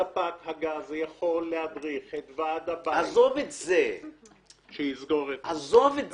ספק הגז יכול להדריך את ועד הבית שיסגור את --- עזוב את זה.